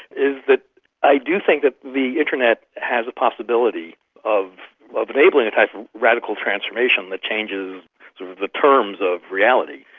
is that i do think that the internet has a possibility of of enabling a type of radical transformation that changes the terms of reality.